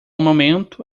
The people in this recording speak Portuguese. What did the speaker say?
momento